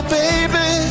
baby